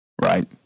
right